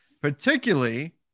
particularly